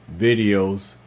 videos